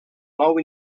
nou